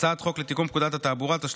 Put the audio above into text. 2. הצעת חוק לתיקון פקודת התעבורה (תיקון,